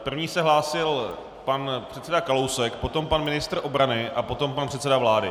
První se hlásil pan předseda Kalousek, potom pan ministr obrany a potom pan předseda vlády.